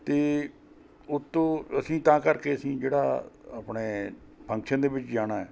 ਅਤੇ ਉੱਤੋਂ ਅਸੀਂ ਤਾਂ ਕਰਕੇ ਅਸੀਂ ਜਿਹੜਾ ਆਪਣੇ ਫੰਕਸ਼ਨ ਦੇ ਵਿੱਚ ਜਾਣਾ ਏ